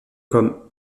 comme